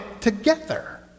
together